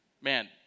man